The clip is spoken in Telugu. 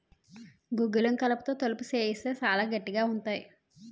గుగ్గిలం కలపతో తలుపులు సేయిత్తే సాలా గట్టిగా ఉంతాయి